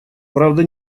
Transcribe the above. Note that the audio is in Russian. правда